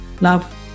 Love